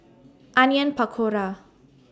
Onion Pakora